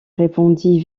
répondit